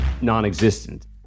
non-existent